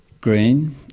green